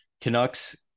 canucks